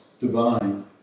divine